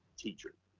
teacher.